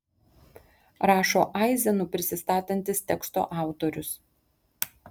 rašo aizenu prisistatantis teksto autorius